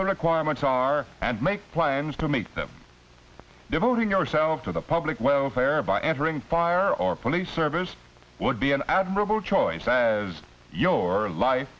the requirements are and make plans to make them devoting yourself to the public welfare by answering fire or police service would be an admirable choice as your life